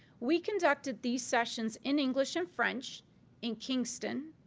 we conducted these sessions in english and french in kingston,